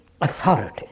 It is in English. authority